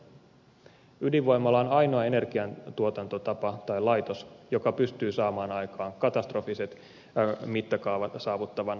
ydinvoimala on ainoa energiantuotantotapa tai laitos joka pystyy saamaan aikaan katastrofaaliset mittakaavat saavuttavan onnettomuuden